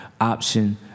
option